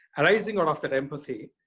arising out of that empathy,